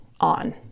on